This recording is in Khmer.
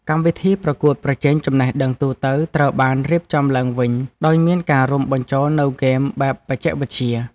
កម្មវិធីប្រកួតប្រជែងចំណេះដឹងទូទៅត្រូវបានរៀបចំឡើងវិញដោយមានការបញ្ចូលនូវហ្គេមបែបបច្ចេកវិទ្យា។